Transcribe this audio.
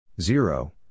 Zero